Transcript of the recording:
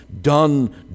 done